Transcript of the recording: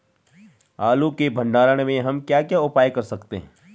आलू के भंडारण में हम क्या क्या उपाय कर सकते हैं?